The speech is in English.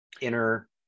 inner